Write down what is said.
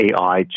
AI